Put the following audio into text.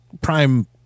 prime